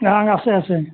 আছে আছে